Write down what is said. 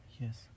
Yes